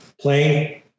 playing